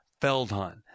Feldhahn